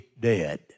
dead